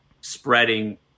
spreading